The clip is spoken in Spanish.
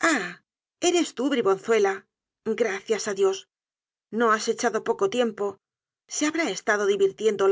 ah eres tú bribonzuela gracias á dios no has echado poco tiempo se habrá estado divirtiendo